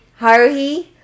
Haruhi